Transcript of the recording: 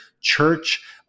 church